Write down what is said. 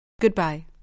Goodbye